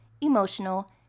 emotional